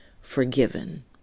forgiven